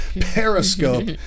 periscope